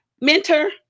mentor